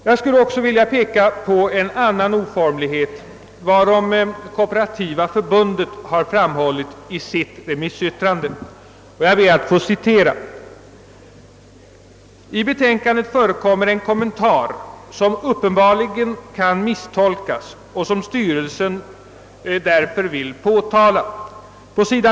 Jag skulle också vilja peka på en annan oformlighet, varom Kooperativa förbundet framhållit i sitt remissyttrande: »Men i betänkandet förekommer en kommentar, som uppenbarligen kan misstolkas och som styrelsen därför vill påtala. På sid.